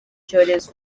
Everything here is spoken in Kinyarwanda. cyorezo